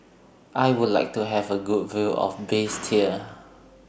I Would like to Have A Good View of Basseterre